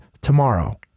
tomorrow